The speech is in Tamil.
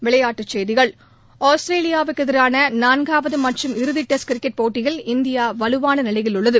விளையாட்டுச் செய்திகள் ஆஸ்திரேலியாவுக்கு எதிரான நான்காவது மற்றும் இறுதி டெஸ்ட் கிரிக்கெட் போட்டியில் இந்தியா வலுவான நிலையில் உள்ளது